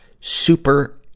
super